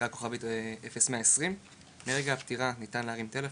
שמספרו 0120*. מרגע הפטירה ניתן להרים טלפון,